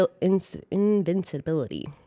invincibility